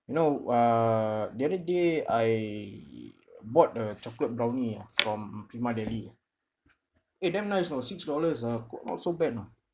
you know err the other day I bought a chocolate brownie ah from prima deli eh damn nice you know six dollars ah co~ not so bad you know